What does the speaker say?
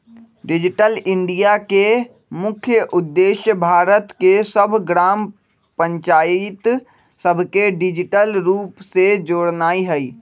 digital India के मुख्य उद्देश्य भारत के सभ ग्राम पञ्चाइत सभके डिजिटल रूप से जोड़नाइ हइ